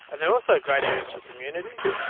and they're also great areas for communities.